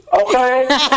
Okay